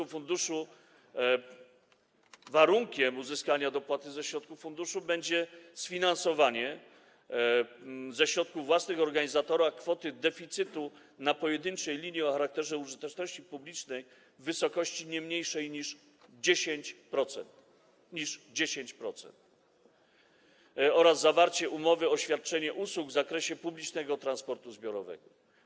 Warunkiem uzyskania dopłaty ze środków funduszu będzie sfinansowanie ze środków własnych organizatora kwoty deficytu na pojedynczej linii o charakterze użyteczności publicznej w wysokości nie mniejszej niż 10% oraz zawarcie umowy o świadczenie usług w zakresie publicznego transportu zbiorowego.